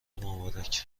مبارک